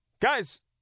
Guys